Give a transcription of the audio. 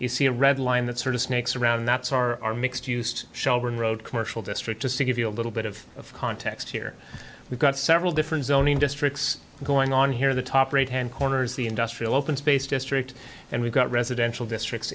you see a red line that sort of snakes around that's our mixed used shelburne road commercial district to say give you a little bit of context here we've got several different zoning districts going on here the top rate and corners the industrial open space district and we've got residential districts